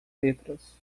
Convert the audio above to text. letras